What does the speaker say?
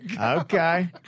Okay